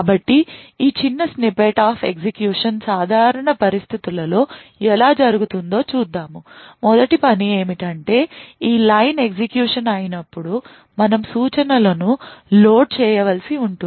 కాబట్టి ఈ చిన్న స్నిప్పెట్ ఆఫ్ ఎగ్జిక్యూషన్ సాధారణ పరిస్థితులలో ఎలా జరుగుతుందో చూద్దాం మొదటి పని ఏమిటంటే ఈ లైన్ ఎగ్జిక్యూషన్ అయినప్పుడు మనం సూచనలను లోడ్ చేయవలసి ఉంటుంది